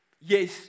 Yes